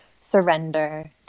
surrender